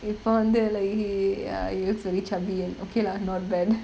before that like he ya he was very chubby and okay lah not bad